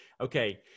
Okay